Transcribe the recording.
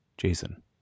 Jason